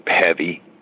heavy